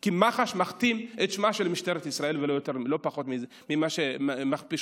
כי מח"ש מכתים את שמה של משטרת ישראל לא פחות ממה שהוא מכפיש אותנו.